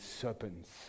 serpents